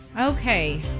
Okay